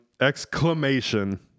Exclamation